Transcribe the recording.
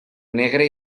negre